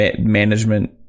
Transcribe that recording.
management